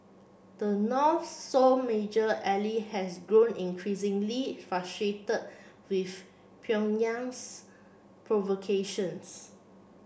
the North sole major ally has grown with Pyongyang's provocations